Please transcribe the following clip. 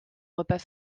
repas